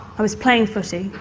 i was playing footy.